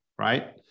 right